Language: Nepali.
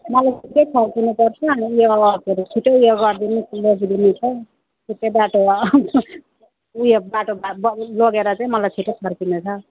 मलाई छिटो फर्कनु पर्छ अनि यो के हरे छिटो उयो गरिदिनु ठिकै बाटोमा उयो बाटोमा ब लगेर चाहिँ मलाई छिटो फर्कनु छ